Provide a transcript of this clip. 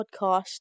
podcast